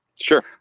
Sure